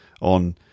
on